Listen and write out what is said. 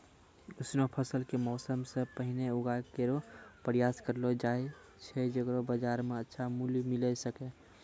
ऑसनो फसल क मौसम सें पहिने उगाय केरो प्रयास करलो जाय छै जेकरो बाजार म अच्छा मूल्य मिले सके